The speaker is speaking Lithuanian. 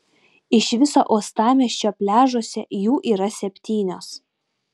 iš viso uostamiesčio pliažuose jų yra septynios